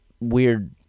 weird